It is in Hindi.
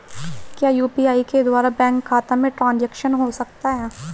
क्या यू.पी.आई के द्वारा बैंक खाते में ट्रैन्ज़ैक्शन हो सकता है?